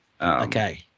Okay